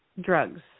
drugs